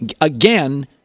again